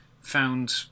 found